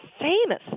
famous